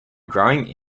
growing